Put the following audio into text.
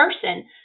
person